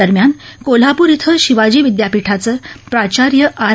दरम्यान कोल्हापूर धिं शिवाजी विद्यापीठाचा प्राचार्य आर